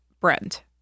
Brent